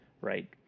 right